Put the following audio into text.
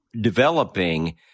developing